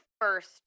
first